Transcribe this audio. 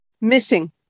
Missing